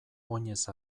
oinez